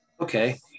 okay